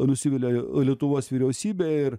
nusivilia lietuvos vyriausybe ir